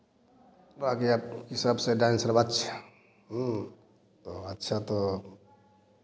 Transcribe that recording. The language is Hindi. रह गया इस सबसे डायन सर्वाच्य तो अच्छा तो